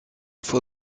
for